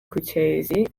kutaisi